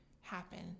happen